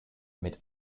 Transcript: mit